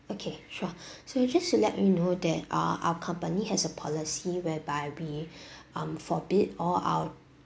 okay sure so you just to let you know that uh accompany has a policy whereby we um forbid all our